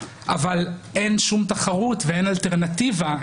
אבל אין שום תחרות ואין אלטרנטיבה,